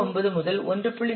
9 முதல் 1